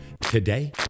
today